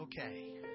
okay